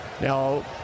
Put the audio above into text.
Now